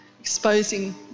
exposing